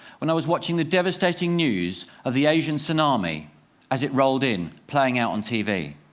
when i was watching the devastating news of the asian tsunami as it rolled in, playing out on tv.